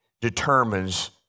determines